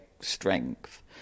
strength